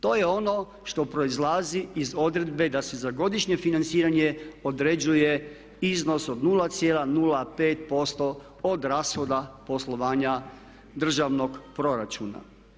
To je ono što proizlazi iz odredbe da se za godišnje financiranje određuje iznos od 0,05% od rashoda poslovanja državnog proračuna.